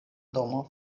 domo